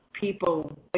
people